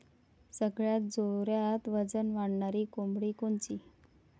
सगळ्यात जोरात वजन वाढणारी कोंबडी कोनची?